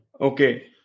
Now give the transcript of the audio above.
okay